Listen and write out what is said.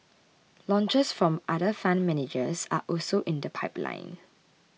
launches from other fund managers are also in the pipeline